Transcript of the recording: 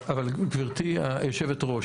גברתי היושבת-ראש,